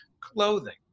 clothing